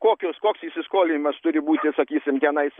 kokios koks įsiskolinimas turi būti sakysim tenais